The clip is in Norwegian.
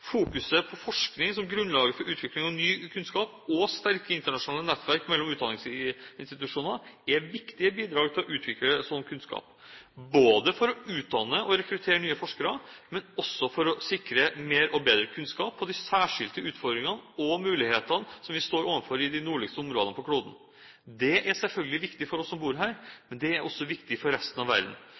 på forskning som grunnlag for utvikling av ny kunnskap og sterke internasjonale nettverk mellom utdanningsinstitusjoner er viktige bidrag for å utvikle slik kunnskap, både for å utdanne og rekruttere nye forskere og for å sikre mer og bedre kunnskap om de særskilte utfordringene og mulighetene vi står overfor i de nordligste områdene på kloden. Det er selvfølgelig viktig for oss som bor her, men det er også viktig for resten av verden,